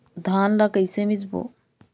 धान ला कइसे मिसबो?